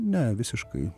ne visiškai